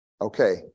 Okay